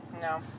No